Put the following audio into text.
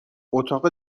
اتاق